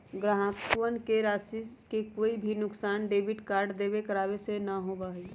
ग्राहकवन के राशि के कोई भी नुकसान डेबिट कार्ड बंद करावे से ना होबा हई